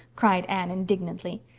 cried anne indignantly.